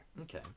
Okay